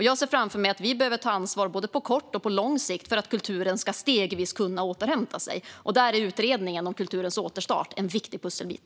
Jag ser framför mig att vi behöver ta ansvar både på kort och på lång sikt för att kulturen stegvis ska kunna återhämta sig. Där är utredningen om kulturens återstart en viktig pusselbit.